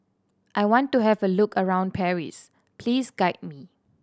I want to have a look around Paris please guide me